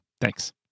thanks